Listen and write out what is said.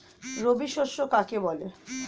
রবি শস্য কাকে বলে?